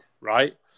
right